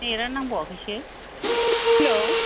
नेत आनो नांबावाखैसो हेल'